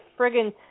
friggin